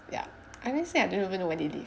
ya honestly I don't know